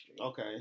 Okay